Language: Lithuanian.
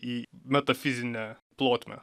į metafizinę plotmę